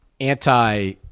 anti